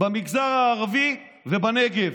במגזר הערבי ובנגב.